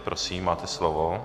Prosím, máte slovo.